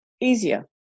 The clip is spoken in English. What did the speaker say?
easier